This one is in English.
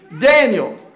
Daniel